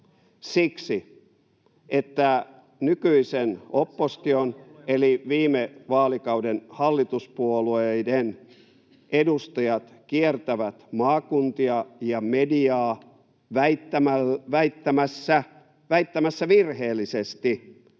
Siksi, että nykyisen opposition eli viime vaalikauden hallituspuolueiden edustajat kiertävät maakuntia ja mediaa väittämässä virheellisesti,